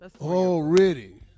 already